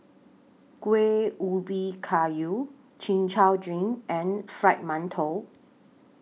Kuih Ubi Kayu Chin Chow Drink and Fried mantou